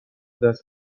دست